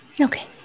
Okay